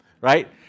right